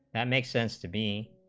that makes sense to b